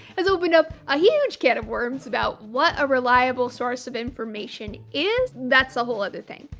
has opened up a huge can of worms about what a reliable source of information is. that's a whole other thing.